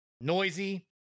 noisy